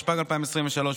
התשפ"ג 2023,